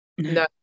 No